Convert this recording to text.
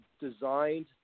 designed